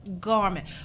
Garment